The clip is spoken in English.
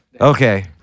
Okay